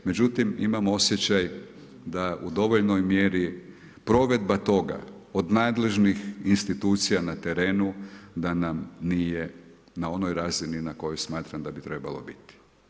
Međutim, imam osjećaj da u dovoljnoj mjeri provedba toga, od nadležnih institucija na terenu, da nam nije na onoj razini na kojoj smatram da bi trebala biti.